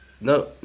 No